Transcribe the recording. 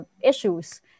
issues